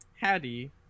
Hattie